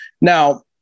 Now